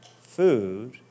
food